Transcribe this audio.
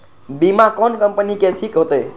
बीमा कोन कम्पनी के ठीक होते?